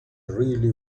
really